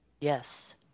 Yes